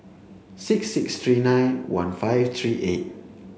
six six three nine one five three eight